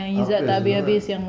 apa yang susah sangat